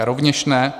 Rovněž ne.